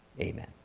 Amen